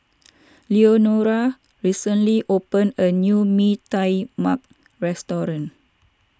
Leonore recently opened a new Mee Tai Mak restaurant